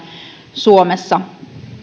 suomessa